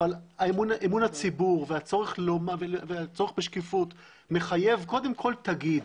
אבל אמון הציבור והצורך בשקיפות מחייבים קודם כל להגיד.